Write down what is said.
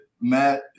Matt